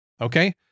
Okay